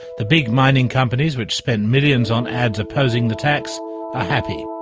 the big mining companies, which spent millions on ads opposing the tax happy.